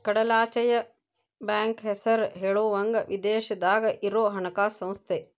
ಕಡಲಾಚೆಯ ಬ್ಯಾಂಕ್ ಹೆಸರ ಹೇಳುವಂಗ ವಿದೇಶದಾಗ ಇರೊ ಹಣಕಾಸ ಸಂಸ್ಥೆ